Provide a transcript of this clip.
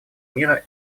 мира